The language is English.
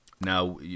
now